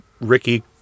ricky